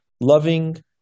loving